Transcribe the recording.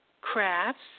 crafts